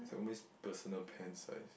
it's like almost personal pan size